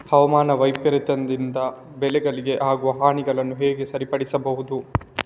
ಹವಾಮಾನ ವೈಪರೀತ್ಯದಿಂದ ಬೆಳೆಗಳಿಗೆ ಆಗುವ ಹಾನಿಗಳನ್ನು ಹೇಗೆ ಸರಿಪಡಿಸಬಹುದು?